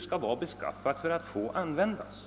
skall vara beskaffat för att få användas.